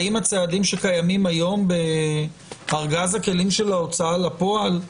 האם הצעדים שקיימים היום בארגז הכלים של ההוצאה לפועל,